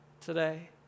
today